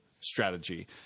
strategy